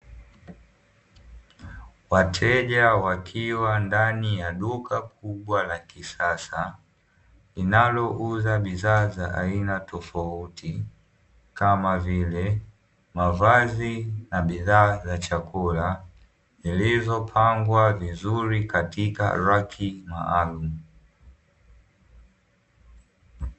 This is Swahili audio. Wateja wakiwa ndani ya duka kubwa la kisasa linalouza bidhaa za aina tofauti kama vile mavazi na bidhaa za chakula zilizopangwa vizuri katika raki maalumu.